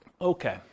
Okay